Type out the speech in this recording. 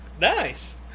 Nice